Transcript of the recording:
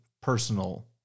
personal